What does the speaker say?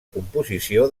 composició